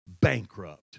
bankrupt